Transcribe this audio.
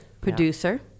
Producer